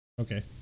okay